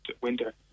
winter